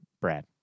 Brad